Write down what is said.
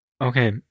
Okay